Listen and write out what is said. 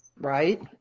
Right